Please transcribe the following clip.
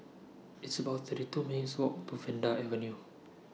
It's about thirty two minutes' Walk to Vanda Avenue